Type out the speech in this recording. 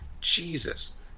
Jesus